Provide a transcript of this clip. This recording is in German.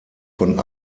von